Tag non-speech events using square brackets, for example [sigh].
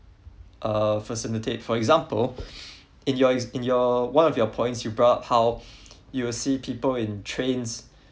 uh facilitate for example [breath] in your in your one of your point you brought up how you see people in trains